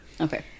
Okay